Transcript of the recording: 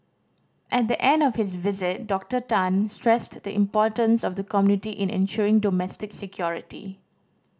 at the end of his visit Doctor Tan stressed the importance of the community in ensuring domestic security